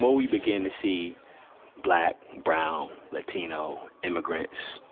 we begin to see black, brown, latino, immigrants,